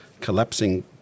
collapsing